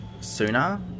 sooner